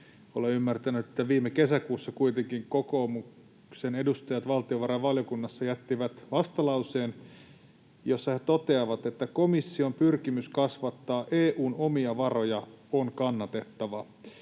Olen ymmärtänyt, että viime kesäkuussa kuitenkin kokoomuksen edustajat valtiovarainvaliokunnassa jättivät vastalauseen, jossa he toteavat: ”Komission pyrkimys kasvattaa EU:n omia varoja on kannatettava.